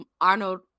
Arnold